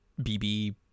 BB